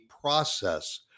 process